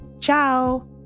ciao